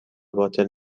باطل